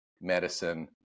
medicine